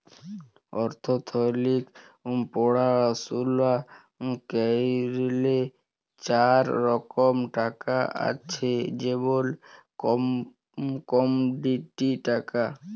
অথ্থলিতিক পড়াশুলা ক্যইরলে চার রকম টাকা আছে যেমল কমডিটি টাকা